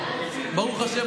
ברוך השם,